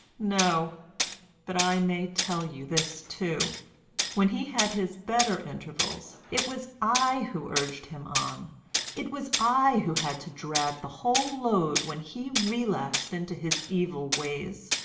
no but i may tell you this too when he had his better intervals, it was i who urged him on it was i who had to drag the whole load when he relapsed into his evil ways,